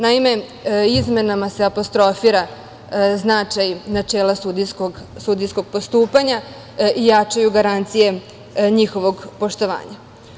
Naime, izmenama se apostrofira značaj načela sudijskog postupanja i jačaju garancije njihovog poštovanja.